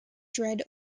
dredd